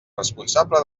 responsable